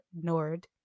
Nord